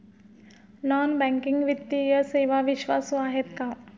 Non banking वित्तीय सेवा विश्वासू आहेत का?